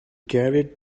carried